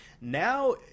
now